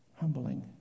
Humbling